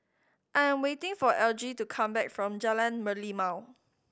I am waiting for Algie to come back from Jalan Merlimau